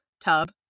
tub